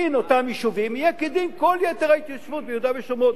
דין אותם יישובים יהיה כדין כל יתר ההתיישבות ביהודה ושומרון,